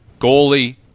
Goalie